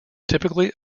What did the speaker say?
typically